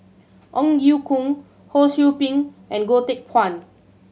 Ong Ye Kung Ho Sou Ping and Goh Teck Phuan